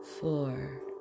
Four